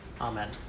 Amen